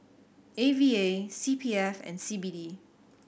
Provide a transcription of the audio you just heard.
A V A C P F and C B D